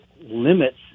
limits